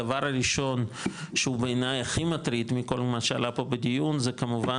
הדבר הראשון שהוא בעיניי הכי מטריד מכל מה שעלה פה בדיון זה כמובן